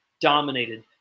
dominated